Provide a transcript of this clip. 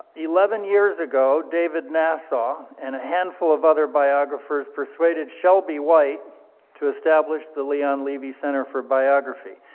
eleven years ago, david nasaw and a handful of other biographers persuaded shelby white to establish the leon levy center for biography,